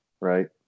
right